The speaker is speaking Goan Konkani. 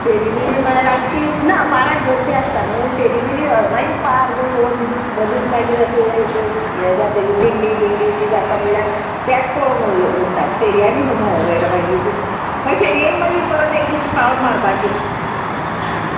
फेरी बिरी मागीर रातची ना पाराक गर्दी आसता न्हू फेरी बिरी हय मागीर पार बी पोळोन मदींत मागीर अशें हें हें जातकीर दिंडी बिंडी ती जाता म्हणल्यार तेंत पळोंक उरतात फेरी आनी खंय भोंवो मेळटा मागीर मागीर फेरयेक मागीर परत एक दीस पावट मारपाची